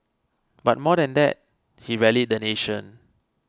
but more than that he rallied the nation